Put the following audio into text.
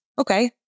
Okay